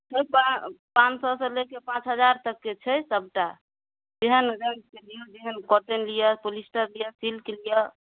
छै तऽ पाँच सओसँ लेके पाँच हजार तकके छै सभटा जेहन रङ्गके लियौ जेहन कॉटन लिअ पोलिस्टर लिअ सिल्क लिअ